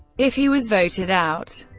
if he was voted out,